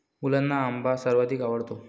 मुलांना आंबा सर्वाधिक आवडतो